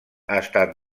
estat